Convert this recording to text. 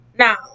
Now